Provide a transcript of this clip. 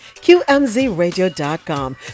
qmzradio.com